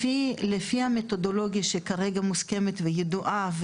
לפי המתודולוגיה שכרגע מוסכמת וידועה,